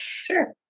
Sure